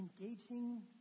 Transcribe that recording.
engaging